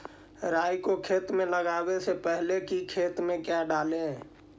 राई को खेत मे लगाबे से पहले कि खेत मे क्या डाले?